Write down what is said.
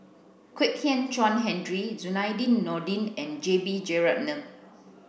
Kwek Hian Chuan Henry Zainudin Nordin and J B Jeyaretnam